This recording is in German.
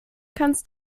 kannst